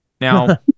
Now